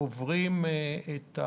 שעוברים לא